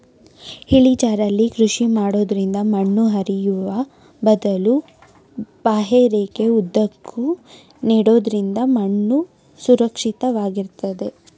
ಇಳಿಜಾರಲ್ಲಿ ಕೃಷಿ ಮಾಡೋದ್ರಿಂದ ಮಣ್ಣು ಹರಿಯುವ ಬದಲು ಬಾಹ್ಯರೇಖೆ ಉದ್ದಕ್ಕೂ ನೆಡೋದ್ರಿಂದ ಮಣ್ಣು ಸುರಕ್ಷಿತ ವಾಗಿರ್ತದೆ